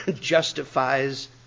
justifies